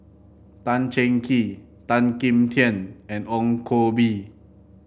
Tan Cheng Kee Tan Kim Tian and Ong Koh Bee